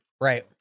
right